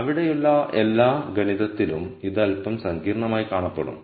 അവിടെയുള്ള എല്ലാ ഗണിതത്തിലും ഇത് അൽപ്പം സങ്കീർണ്ണമായി കാണപ്പെടും